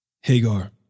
Hagar